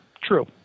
true